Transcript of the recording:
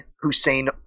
Hussein